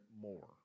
more